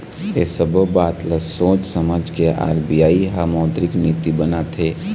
ऐ सब्बो बात ल सोझ समझ के आर.बी.आई ह मौद्रिक नीति बनाथे